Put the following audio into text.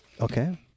Okay